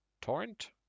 torrent